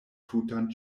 tutan